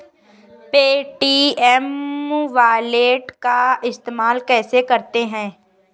Paytm wallet का इस्तेमाल कैसे करते हैं?